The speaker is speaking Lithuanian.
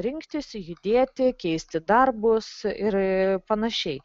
rinktis judėti keisti darbus ir panašiai